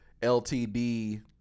LTD